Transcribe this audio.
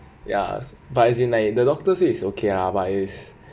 ya but as in like the doctor say is okay lah but is